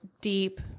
deep